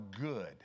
good